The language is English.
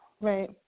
Right